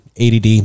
ADD